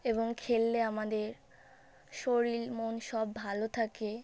এবং খেললে আমাদের শরীর মন সব ভালো থাকে